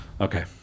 Okay